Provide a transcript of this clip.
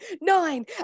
nine